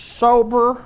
sober